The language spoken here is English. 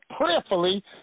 prayerfully